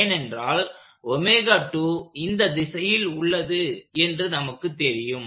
ஏனென்றால் இந்த திசையில் உள்ளது என்று நமக்கு தெரியும்